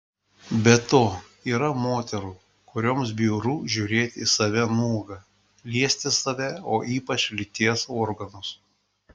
be to yra moterų kurioms bjauru žiūrėti į save nuogą liesti save o ypač lyties organus